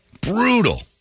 Brutal